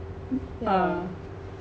a'ah